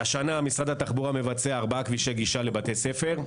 השנה משרד התחבורה מבצע עשרה כבישי גישה לבתי ספר,